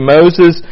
Moses